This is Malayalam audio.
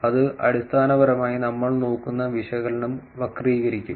അത് അടിസ്ഥാനപരമായി നമ്മൾ നോക്കുന്ന വിശകലനം വക്രീകരിക്കും